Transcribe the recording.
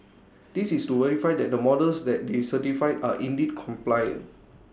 this is to verify that the models that they certified are indeed compliant